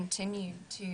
אנחנו לא יכולים להמשיך לתמוך